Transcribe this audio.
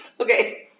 Okay